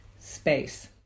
space